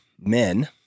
men